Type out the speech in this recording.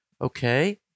Okay